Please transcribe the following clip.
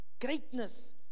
Greatness